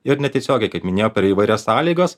ir netiesiogiai kaip minėjau per įvairias sąlygas